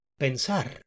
Pensar